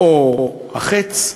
או ה"חץ",